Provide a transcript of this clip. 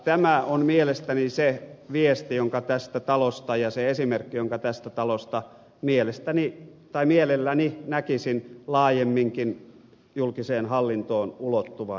tämä on mielestäni se viesti ja se esimerkki jonka tästä talosta mielelläni näkisin laajemminkin julkiseen hallintoon ulottuvan